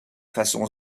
façon